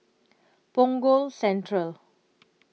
Punggol Central